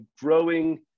growing